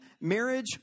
marriage